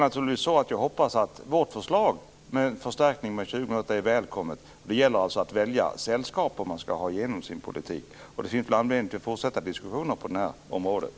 Jag hoppas att vårt förslag om en förstärkning är välkommet. Det gäller alltså att välja sällskap om man vill ha igenom sin politik, och det finns anledning att fortsätta diskussionen på det här området.